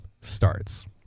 starts